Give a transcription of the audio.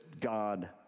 God